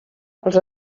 els